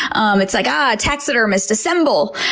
um it's like, ah ah! taxidermists assemble!